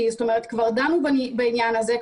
כבר דנו בעניין הזה,